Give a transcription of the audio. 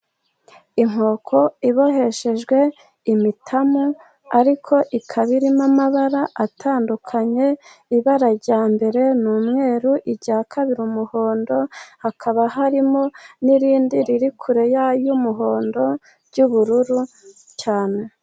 Inkoko iboheshejwe imitamu ariko ikaba irimo amabara atandukanye. Ibara rya mbere ni umweru, irya kabiri umuhondo, hakaba harimo n'irindi riri kure y'umuhondo ry'ubururu cyane.